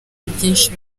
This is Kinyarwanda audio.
byinshi